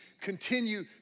continue